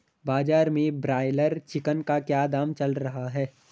बाजार में broiler chicken का क्या दाम चल रहा है?